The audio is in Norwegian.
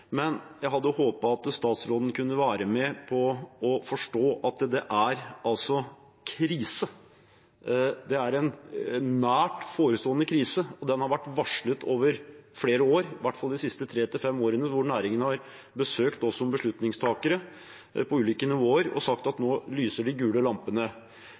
Men jeg hadde håpet at statsråden kunne være med på å forstå at det altså er krise. Det er en nært forestående krise, og den har vært varslet over flere år, i hvert fall de siste tre til fem årene, hvor næringen har besøkt oss som beslutningstakere, på ulike nivåer, og sagt at nå lyser de gule lampene.